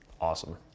awesome